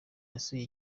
yasuye